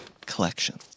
collection